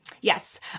Yes